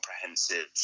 comprehensive